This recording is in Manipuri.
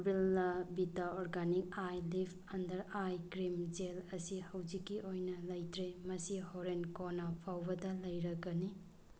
ꯕꯤꯜꯂꯥ ꯕꯤꯇꯥ ꯑꯣꯔꯒꯥꯅꯤꯛ ꯑꯥꯏꯂꯤꯐ ꯑꯟꯗꯔ ꯑꯥꯏ ꯀ꯭ꯔꯤꯝ ꯖꯦꯜ ꯑꯁꯤ ꯍꯧꯖꯤꯛꯀꯤ ꯑꯣꯏꯅ ꯂꯩꯇ꯭ꯔꯦ ꯃꯁꯤ ꯍꯣꯔꯦꯟ ꯀꯣꯟꯅ ꯐꯥꯎꯕꯗ ꯂꯩꯔꯒꯅꯤ